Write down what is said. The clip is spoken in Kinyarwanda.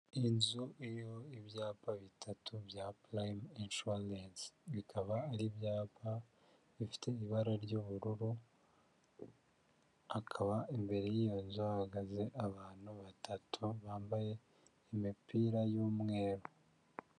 Inzu iriho ibyapa bitatu bya Prime Insurance, bikaba ari ibyapa bifite ibara ry'ubururu, akaba imbere y'iyo nzu hahagaze abantu batatu bambaye imipira y'umweru.